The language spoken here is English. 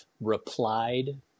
replied